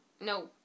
No